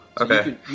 okay